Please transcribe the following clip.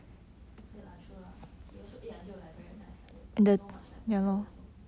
okay lah true lah he also eat until like very nice like that is so much like beggar also